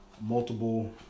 multiple